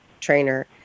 trainer